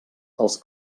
els